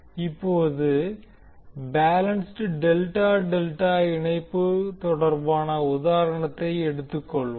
இப்போது balanced delta delta இணைப்பு தொடர்பான உதாரணத்தை எடுத்துக்கொள்வோம்